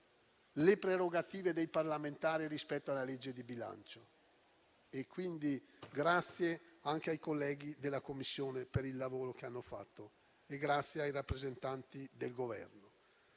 le prerogative dei parlamentari rispetto alla legge di bilancio. Rivolgo quindi un ringraziamento ai colleghi della Commissione per il lavoro che hanno svolto e ai rappresentanti del Governo.